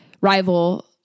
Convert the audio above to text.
rival